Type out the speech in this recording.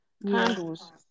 candles